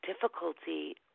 difficulty